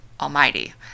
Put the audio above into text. almighty